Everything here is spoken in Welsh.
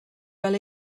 fel